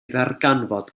ddarganfod